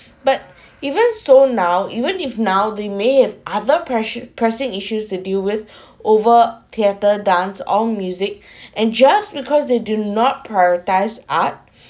but even so now even if now they may have other press~ pressing issues to deal with over theatre dance on music and just because they do not prioritise art